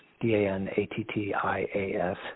d-a-n-a-t-t-i-a-s